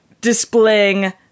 displaying